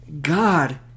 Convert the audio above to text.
God